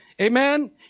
Amen